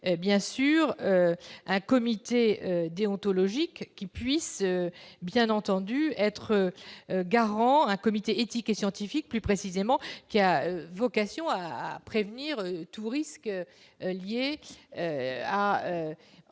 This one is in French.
bien sûr un comité déontologique qui puisse bien entendu être garant un comité éthique et scientifique, plus précisément, qui a vocation à prévenir tout risque lié à